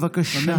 בבקשה.